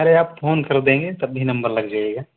अरे आप फोन कर देंगे तब भी नम्बर लग जाएगा